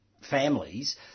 families